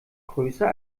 größer